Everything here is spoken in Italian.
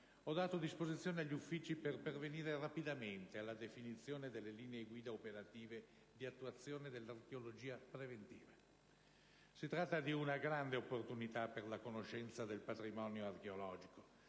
ho dato disposizione agli uffici per pervenire rapidamente alla definizione delle linee guida operative di attuazione dell'archeologia preventiva. Si tratta di una grande opportunità per la conoscenza del patrimonio archeologico